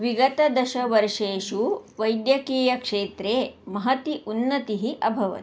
विगतदशवर्षेषु वैद्यकीयक्षेत्रे महती उन्नतिः अभवत्